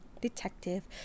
Detective